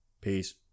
Peace